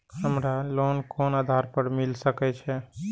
हमरा लोन कोन आधार पर मिल सके छे?